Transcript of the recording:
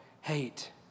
hate